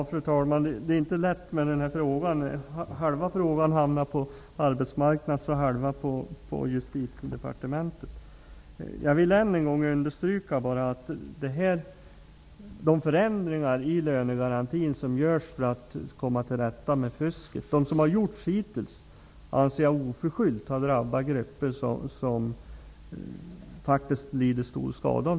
Fru talman! Denna fråga är inte lätt. Halva frågan hamnar på Arbetsmarknadsdepartementets område och halva på Justitiedepartementets område. Jag vill än en gång understryka att de förändringar som hittills har gjorts i lönegarantin för att komma till rätta med fusket har oförskyllt drabbat grupper som faktiskt lider stor skada.